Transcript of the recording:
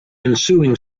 ensuing